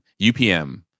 UPM